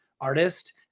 artist